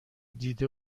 دیده